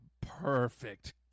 perfect